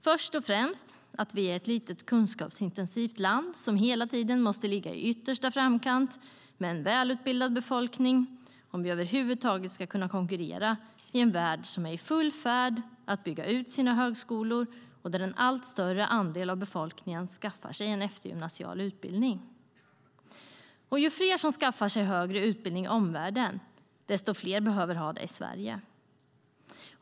Först och främst att vi är ett litet kunskapsintensivt land som hela tiden måste ligga i yttersta framkant med en välutbildad befolkning om vi över huvud taget ska kunna konkurrera i en värld som är i full färd med att bygga ut sina högskolor och där en allt större andel av befolkningen skaffar sig en eftergymnasial utbildning. Ju fler som skaffar sig en högre utbildning i omvärlden, desto fler behöver ha det i Sverige.